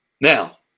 Now